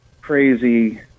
crazy